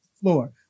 floor